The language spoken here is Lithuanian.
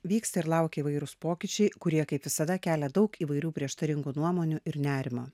vyksta ir laukia įvairūs pokyčiai kurie kaip visada kelia daug įvairių prieštaringų nuomonių ir nerimo